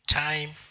time